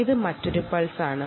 ഇത് മറ്റൊരു പൾസാണ്